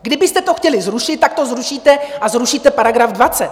Kdybyste to chtěli zrušit, tak to zrušíte a zrušíte § 20.